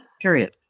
period